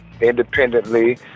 Independently